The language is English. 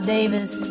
Davis